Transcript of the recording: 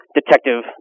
detective